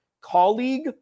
colleague